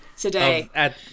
today